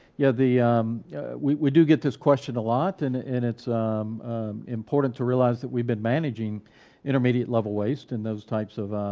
yeah yeah, we do get this question a lot and and it's important to realize that we've been managing intermediate level waste, and those types of